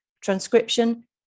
transcription